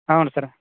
ಹೌಂ sir